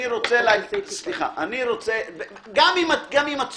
גם אם את צודקת,